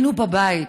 היינו בבית